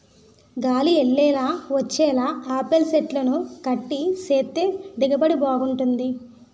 గాలి యెల్లేలా వచ్చేలా యాపిల్ సెట్లని కట్ సేత్తే దిగుబడి బాగుంటది